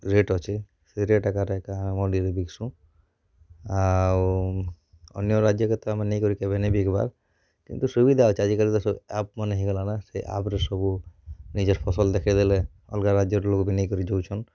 rate ଅଛେ ସେ rate ଆକାରେ ଏକା ମଣ୍ଡିରେ ବିକ୍ସୁଁ ଆଉ ଅନ୍ୟ ରାଜ୍ୟକେ ତ ଆମେ ନେଇକରି କେବେ ନେଇଁ ବିକିବାର୍ କିନ୍ତୁ ସୁବିଧା ଅଛେ ଆଜିକାଲି ତ ଆପ୍ ମାନେ ହେଇଗଲାନା ସେ ଆପ୍ରେ ସବୁ ନିଜର୍ ଫସଲ୍ ଦେଖେଇ ଦେଲେ ଅଲ୍ଗା ରାଜ୍ୟରୁ ଲୋକ୍ ବି ନେଇ କରି ଯଉଛନ୍